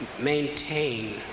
maintain